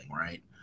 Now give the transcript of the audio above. right